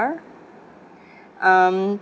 R um